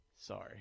Sorry